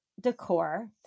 decor